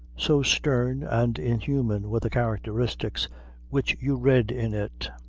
so stern and inhuman were the characteristics which you read in it.